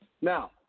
Now